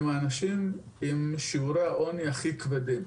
הם האנשים עם שיעורי העוני הכי כבדים.